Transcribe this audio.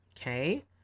Okay